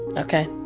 ok.